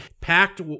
packed